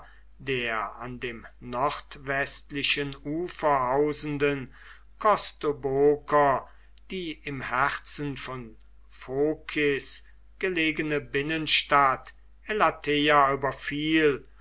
der an dem nordwestlichen ufer hausenden kostoboker die im herzen von phokis gelegene binnenstadt elateia überfiel